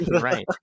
right